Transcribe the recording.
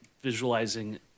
Visualizing